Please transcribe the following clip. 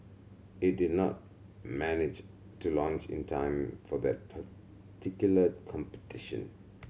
it did not manage to launch in time for that particular competition